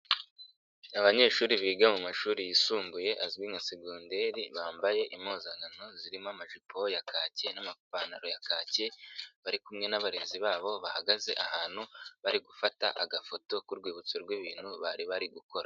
Abanyeshuri biga mu mashuri yisumbuye azwi nka segonderi, bambaye impuzankano zirimo amajipo ya kaki n'amapantaro ya kaki, bari kumwe n'abarezi babo bahagaze ahantu bari gufata agafoto k'urwibutso rw'ibintu bari bari gukora.